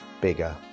bigger